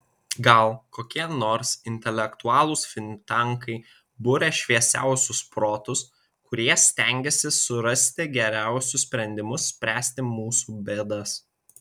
gal kokie nors intelektualūs finktankai buria šviesiausius protus kurie stengiasi surasti geriausius sprendimus spręsti mūsų bėdas